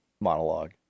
monologue